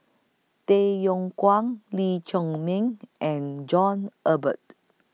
Tay Yong Kwang Lee Chiaw Meng and John Eber